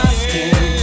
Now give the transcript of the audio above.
skin